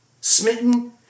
smitten